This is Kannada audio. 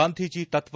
ಗಾಂಧೀಜಿ ತತ್ವ